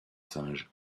singes